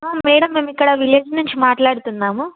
madam మేము ఇక్కడ village నుంచి మాట్లాడుతున్నాము